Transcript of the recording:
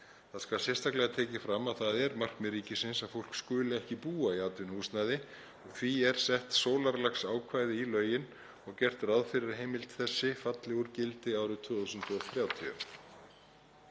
Það skal sérstaklega tekið fram að það er markmið ríkisins að fólk skuli ekki búa í atvinnuhúsnæði og því er sett sólarlagsákvæði í lögin og gert ráð fyrir að heimild þessi falli úr gildi árið 2030.